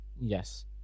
Yes